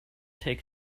take